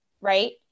right